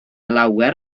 lawer